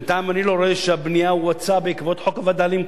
בינתיים אני לא רואה שהבנייה הואצה בעקבות חוק הווד"לים,